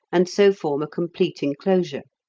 and so form a complete enclosure.